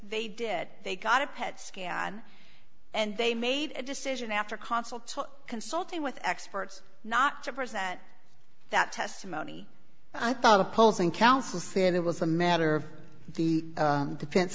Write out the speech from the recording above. they did they got a pet scan and they made a decision after consultation consulting with experts not to present that testimony i thought opposing counsel said it was a matter of the defense